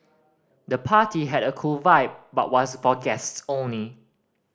the party had a cool vibe but was for guests only